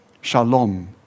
Shalom